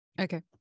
Okay